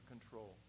control